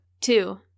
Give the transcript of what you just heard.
Two